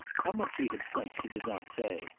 how much she had slept she did not say,